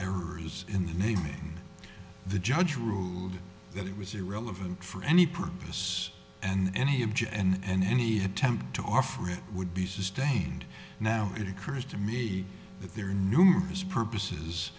errors in the name of the judge ruled that it was irrelevant for any purpose and any object and any attempt to offer it would be sustained now it occurs to me that there are numerous purposes